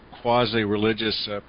quasi-religious